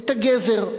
את הגזר,